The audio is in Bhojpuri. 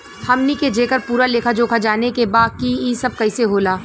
हमनी के जेकर पूरा लेखा जोखा जाने के बा की ई सब कैसे होला?